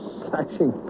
slashing